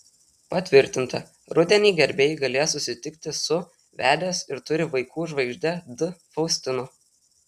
patvirtinta rudenį gerbėjai galės susitikti su vedęs ir turi vaikų žvaigžde d faustino